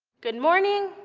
good morning,